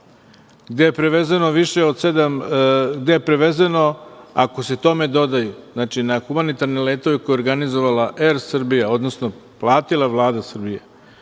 gde je prevezeno, ako se tome dodaju, znači na humanitarne letove koje je organizovala Er Srbija, odnosno platila Vlada Srbije,